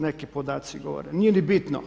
Neki podaci govore, nije ni bitno.